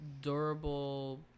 durable